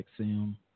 XM